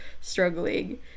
struggling